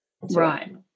Right